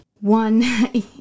one